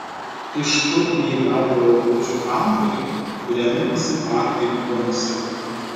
iš kurgi ji gaudavo rožių hamburge kuriame visi parkai buvo nusiaubti